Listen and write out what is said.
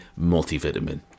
multivitamin